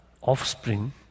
offspring